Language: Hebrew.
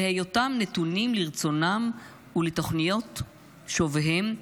להיותם נתונים לרצונם ולתוכניות שוביהם,